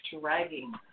dragging